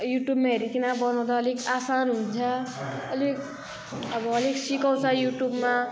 युट्युबमा हेरिकन बनाउँदा अलिक आसान हुन्छ अलिक अब अलिक सिकाउँछ युट्युबमा